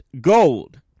gold